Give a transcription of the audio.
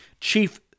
chief